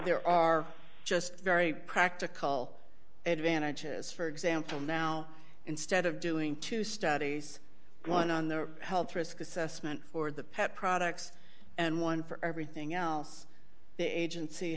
there are just very practical advantages for example now instead of doing two studies one on the health risk assessment for the pet products and one for everything else the agency